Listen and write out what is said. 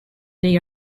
they